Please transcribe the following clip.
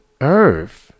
earth